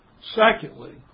Secondly